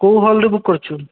କୋଉ ହଲ୍ରେ ବୁକ୍ କରିଛୁ